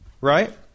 right